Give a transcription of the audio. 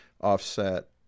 offset